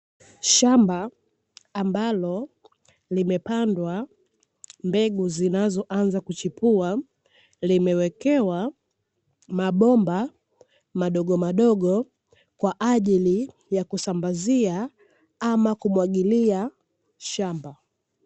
Shamba ambalo limepandwa mbegu zinazo anza kuchipua limewekewa, mabomba madogomadogo kwa ajili ya kusambazia ama kumwagilia shamba.